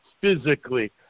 physically